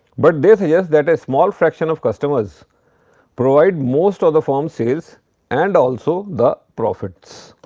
but they suggest that a small fraction of customers provide most of the firm's sales and also the profits.